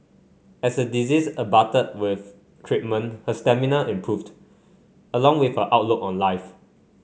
as a disease abated with treatment her stamina improved along with her outlook on life